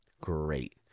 great